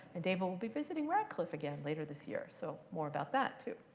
and dava will be visiting radcliffe again later this year. so more about that, too.